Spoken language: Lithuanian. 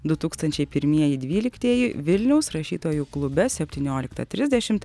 du tūkstančiai pirmieji dvyliktieji vilniaus rašytojų klube septynioliktą trisdešimt